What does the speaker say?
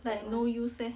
like no use leh